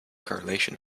correlation